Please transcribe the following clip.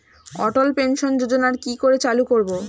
অটল pension যোজনার কি করে চালু করব?